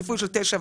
שיפוי של 9.5%,